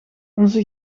onze